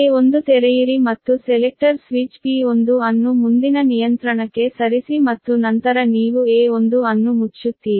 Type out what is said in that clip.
A1 ತೆರೆಯಿರಿ ಮತ್ತು selector switch P1 ಅನ್ನು ಮುಂದಿನ ನಿಯಂತ್ರಣಕ್ಕೆ ಸರಿಸಿ ಮತ್ತು ನಂತರ ನೀವು A1 ಅನ್ನು ಮುಚ್ಚುತ್ತೀರಿ